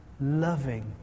loving